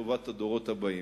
לטובת הדורות הבאים.